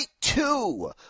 two